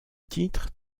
titre